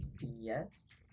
Yes